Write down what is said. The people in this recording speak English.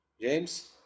James